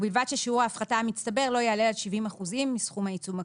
ובלבד ששיעור ההפחתה המצטבר לא יעלה על 70 אחוזים מסכום העיצום הכספי.